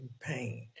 pain